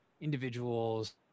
individuals